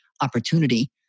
opportunity